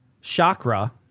Chakra